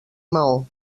maó